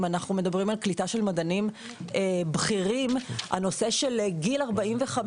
אם אנחנו מדברים על מדענים בכירים הנושא של גיל 45,